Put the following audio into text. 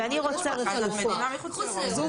אז את מדינה מחוץ לאירופה.